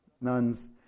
nuns